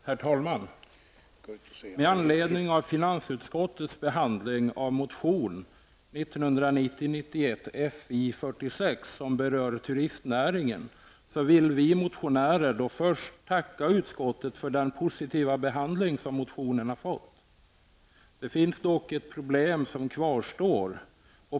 Herr talman! Med anledning av finansutskottets behandling av motion 1990/91:Fi46, som berört turistnäringen, vill vi motionärer först tacka utskottet för den positiva behandling som motionen har fått. Det finns dock ett problem kvar.